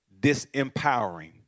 disempowering